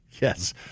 Yes